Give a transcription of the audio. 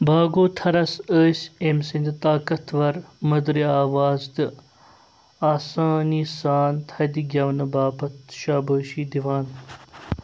بھاگوتھرَس ٲسۍ أمۍ سٕنٛدِ طاقتور، مٔدٕرِ آواز تہٕ آسانی سان تھدِ گٮ۪ونہٕ باپتھ شابٲشی دِوان